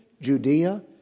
Judea